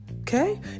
Okay